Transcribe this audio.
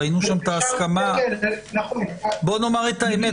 בואו נאמר את האמת,